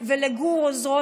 ולגור עוזרו,